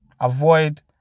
avoid